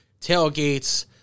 tailgates